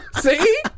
See